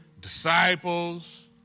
disciples